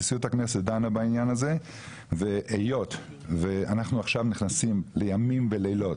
נשיאות הכנסת דנה בזה והיות ואנחנו נכנסים עכשיו לימים ולילות